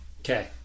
Okay